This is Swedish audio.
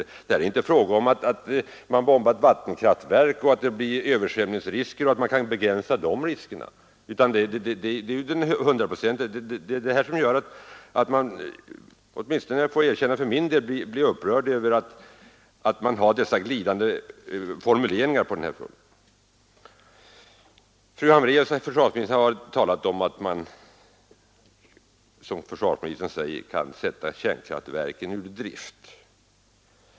Denna sak kan inte jämföras med om det blir översvämningsrisker när ett vattenkraftverk bombas eller hur man kan begränsa de riskerna, utan riskerna är här hundraprocentiga. Åtminstone jag för min del blir upprörd över de glidande formuleringarna i svaret. Fru Hambraeus och försvarsministern har talat om att man, som försvarsministern säger, kan sätta kärnkraftverken ur drift.